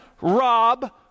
rob